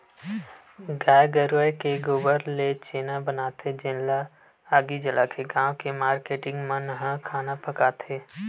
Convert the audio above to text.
गाये गरूय के गोबर ले छेना बनाथे जेन ल आगी जलाके गाँव के मारकेटिंग मन ह खाना पकाथे